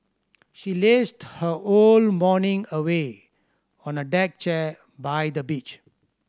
she lazed her whole morning away on a deck chair by the beach